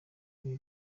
ibi